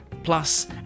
plus